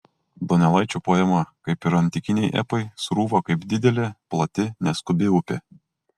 donelaičio poema kaip ir antikiniai epai srūva kaip didelė plati neskubi upė